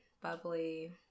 bubbly